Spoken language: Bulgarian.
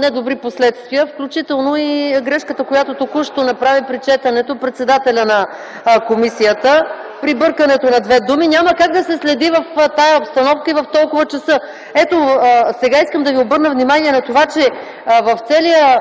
недобри последствия, включително и грешката, която току-що направи при четенето председателят на комисията при бъркането на две думи. Няма как да се следи в тази обстановка и в толкова часа. Сега искам да ви обърна внимание на това, че в целия